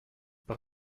par